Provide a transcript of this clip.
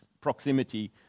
proximity